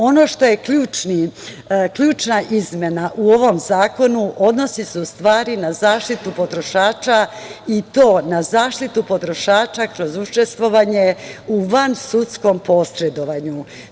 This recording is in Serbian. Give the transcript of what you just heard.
Ono što je ključna izmena u ovom zakonu odnosi se u stvari na zaštitu potrošača i to na zaštitu potrošača kroz učestvovanje u vansudskom posredovanju.